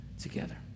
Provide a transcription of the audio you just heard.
together